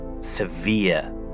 severe